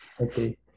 okay